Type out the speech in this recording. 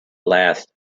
last